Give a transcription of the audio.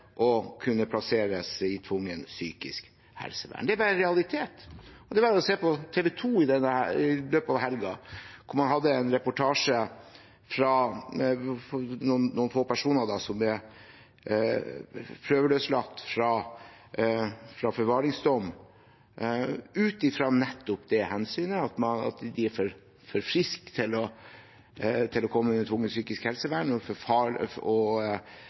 kunne plasseres i tvungent psykisk helsevern. Det er en realitet; det så man på TV 2 i løpet av helgen, der man hadde en reportasje om noen få personer som ble prøveløslatt fra forvaringsdom, ut fra nettopp det hensynet at de er for friske til å komme under tvungent psykisk helsevern og for syke til å sitte i fengsel, men samtidig veldig farlige for samfunnet, og